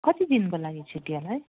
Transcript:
कति दिनको लागि छुट्टी होला है